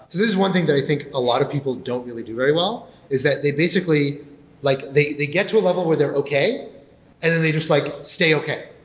this is one thing that i think a lot of people don't really do very well is that they basically like they they get to a level where they're okay and then they just like stay okay.